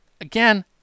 again